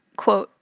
quote,